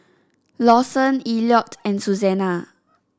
Lawson Elliott and Susanna